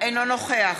אינו נוכח